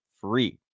free